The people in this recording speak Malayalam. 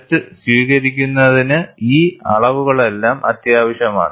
ടെസ്റ്റ് സ്വീകരിക്കുന്നതിന് ഈ അളവുകളെല്ലാം അത്യാവശ്യമാണ്